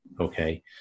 okay